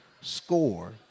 score